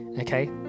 okay